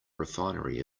refinery